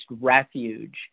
refuge